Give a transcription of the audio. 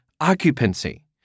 occupancy